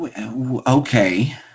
Okay